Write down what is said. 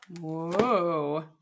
Whoa